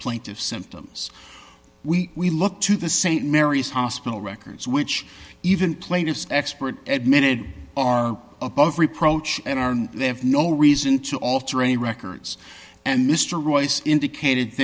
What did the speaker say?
plaintive symptoms we we look to the st mary's hospital records which even plaintiff's expert admitted are above reproach and they have no reason to alter any records and mr royce indicated